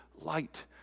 light